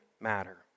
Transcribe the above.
matter